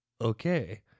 okay